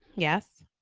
yes,